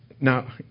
now